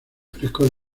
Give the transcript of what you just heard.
frescos